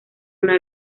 una